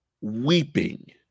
weeping